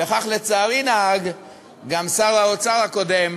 וכך לצערי נהג גם שר האוצר הקודם